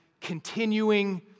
continuing